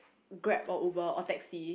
grab or uber or taxi